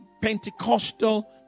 Pentecostal